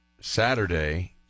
Saturday